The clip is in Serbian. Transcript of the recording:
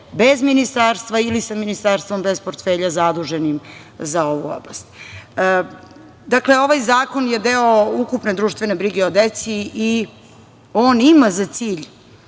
bez ministarstva ili sa ministarstvom bez portfelja zaduženim za ovu oblast. Dakle, ovaj zakon je deo ukupne društvene brige o deci i on ima za cilj